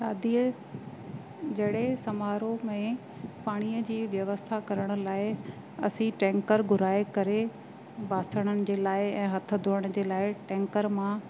शादीअ जहिड़े समारोह में पाणीअ जी व्यवस्था करण लाइ असी टैंकर घुराए करे ॿासणनि जे लाइ ऐं हथ धुअण जे लाइ टैंकर मां